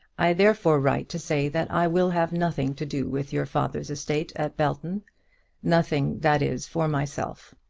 i therefore write to say that i will have nothing to do with your father's estate at belton nothing, that is, for myself.